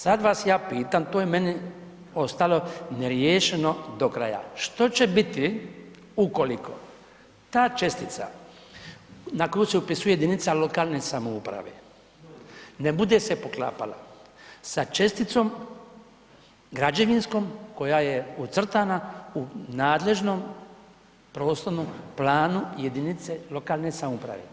Sad vas ja pitam, to je meni ostalo neriješeno do kraja, što će biti ukoliko ta čestica na koju se upisuje jedinica lokalne samouprave ne bude se poklapala sa česticom građevinskom koja je ucrtana u nadležnom prostornom planu jedinice lokalne samouprave?